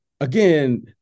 again